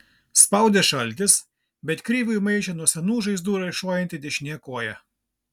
spaudė šaltis bet kriviui maišė nuo senų žaizdų raišuojanti dešinė koja